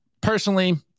personally